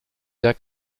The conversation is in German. der